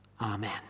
Amen